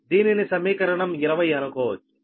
దీనిని సమీకరణం 20 అనుకోవచ్చు